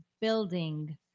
building